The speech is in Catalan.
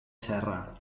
serra